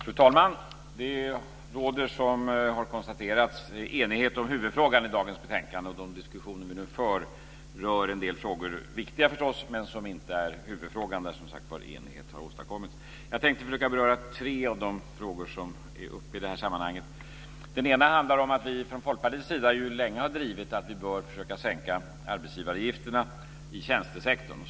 Fru talman! Det råder, som har konstaterats, enighet om huvudfrågan i dagens betänkande, och de diskussioner vi nu för rör en del andra frågor, viktiga förstås, men de är inte huvudfrågan, där som sagt var enighet har åstadkommits. Jag tänkte försöka beröra tre av de frågor som är aktuella i det här sammanhanget. Den ena handlar om att vi från Folkpartiets sida länge har drivit att vi bör försöka sänka arbetsgivaravgifterna i tjänstesektorn.